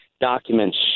documents